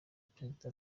perezida